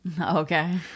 Okay